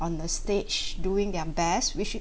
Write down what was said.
on the stage doing their best we should